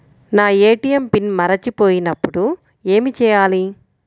నా ATM pin మరచిపోయినప్పుడు ఏమి చేయాలి?